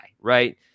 right